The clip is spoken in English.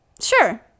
Sure